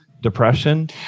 depression